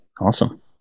Awesome